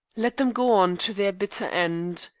let them go on to their bitter end.